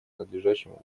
надлежащему